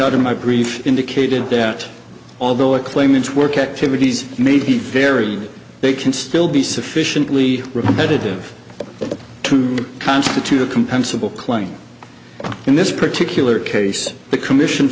out in my brief indicated that although it claimants work activities may be very they can still be sufficiently repetitive to constitute a compensable claim in this particular case the commission